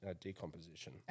decomposition